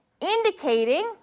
indicating